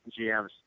GMs